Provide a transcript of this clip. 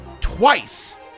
twice